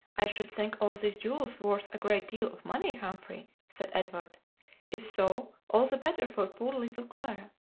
i should think all these jewels worth a great deal of money, humphrey, said edward if so, all the better for poor little clara.